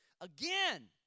Again